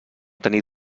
tenir